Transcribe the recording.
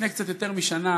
לפני קצת יותר משנה